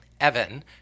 Evan